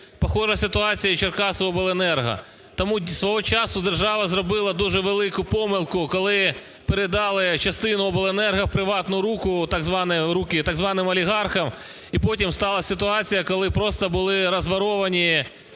Схожа ситуація і в "Черкасиобленерго". Тому свого часу держава зробила дуже велику помилку, коли передали частину обленерго в приватні руки, так званим, олігархам. І потім сталась ситуація, коли просто були розворовані